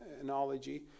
analogy